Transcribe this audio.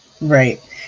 Right